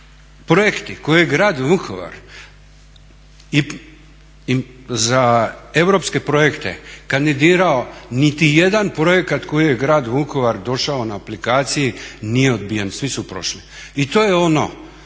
projekti koje grad Vukovar za europske projekte kandidirao niti jedan projekat koji je grad Vukovar došao na aplikaciji nije odbijen, svi su prošli. I to je ono